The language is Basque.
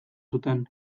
zuten